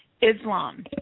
Islam